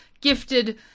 gifted